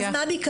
אז מה ביקשתי?